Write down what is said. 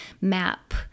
Map